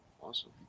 Awesome